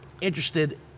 interested